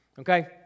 Okay